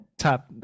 top